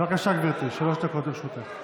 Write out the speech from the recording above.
בבקשה, גברתי, שלוש דקות לרשותך.